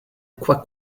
quoi